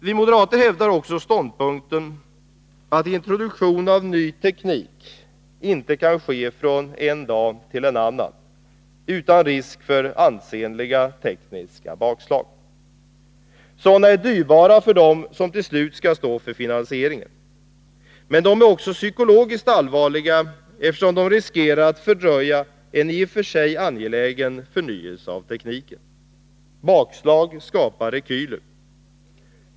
Vi moderater hävdar också ståndpunkten att introduktion av ny teknik inte kan ske från en dag till en annan utan risk för ansenliga tekniska bakslag. Sådana är dyrbara för dem som till slut skall stå för finansieringen. Men de är också psykologiskt allvarliga, eftersom bakslagen riskerar att fördröja en i och för sig angelägen förnyelse av tekniken. Bakslag skapar rekyler.